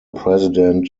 president